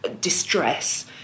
distress